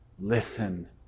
Listen